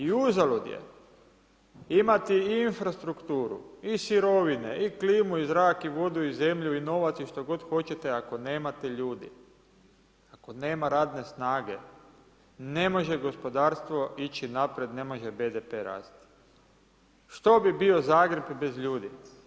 I uzalud je imati i infrastrukturu i sirovine i klimu i zrak i vodu i zemlju i novac i što god hoćete ako nemate ljudi, ako nema radne snage, ne može gospodarstvo ići naprijed, ne može BDP rasti, što bi bio Zagreb bez ljudi?